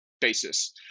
basis